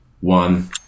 one